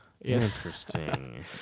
Interesting